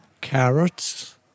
carrots